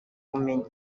bumenyi